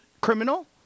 criminal